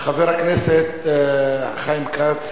חבר הכנסת חיים כץ